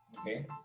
Okay